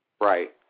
right